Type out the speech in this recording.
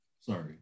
Sorry